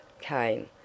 came